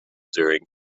during